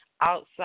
outside